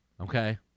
Okay